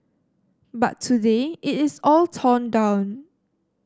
but today it is all torn down